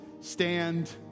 stand